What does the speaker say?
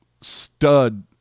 stud